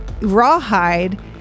Rawhide